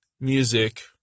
Music